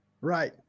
Right